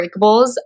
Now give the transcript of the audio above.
breakables